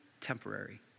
temporary